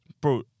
bro